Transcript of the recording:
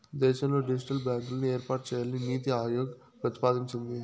దేశంలో డిజిటల్ బ్యాంకులను ఏర్పాటు చేయాలని నీతి ఆయోగ్ ప్రతిపాదించింది